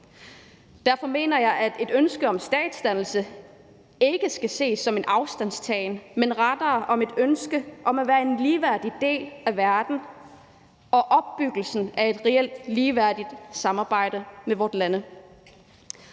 Derfor mener jeg, at et ønske om statsdannelse ikke skal ses som en afstandstagen, men rettere som et ønske om at være en ligeværdig del af verden og opfyldelsen af et reelt ligeværdigt samarbejde mellem vore lande.